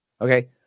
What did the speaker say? okay